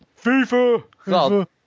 FIFA